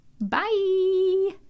Bye